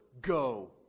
go